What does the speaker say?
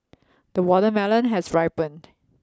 the watermelon has ripened